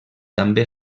també